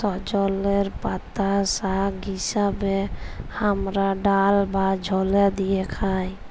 সজলের পাতা শাক হিসেবে হামরা ডাল বা ঝলে দিয়ে খাই